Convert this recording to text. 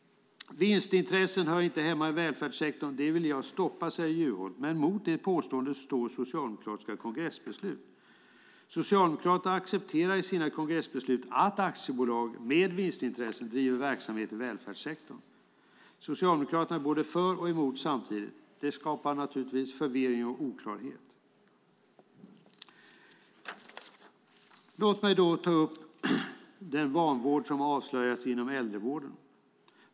"Vinstintressen hör inte hemma i välfärdssektorn. Det vill jag stoppa." Så säger Juholt. Men mot det påståendet står socialdemokratiska kongressbeslut. Socialdemokraterna accepterar i sina kongressbeslut att aktiebolag med vinstintressen driver verksamhet i välfärdssektorn. Socialdemokraterna är samtidigt både för och emot. Naturligtvis skapar det förvirring och oklarhet. Låt mig också ta upp den vanvård som avslöjats i äldrevården.